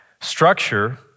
structure